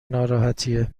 ناراحتیه